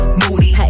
moody